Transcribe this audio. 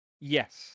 Yes